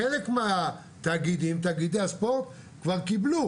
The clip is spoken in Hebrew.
חלק מתאגידי הספורט כבר קיבלו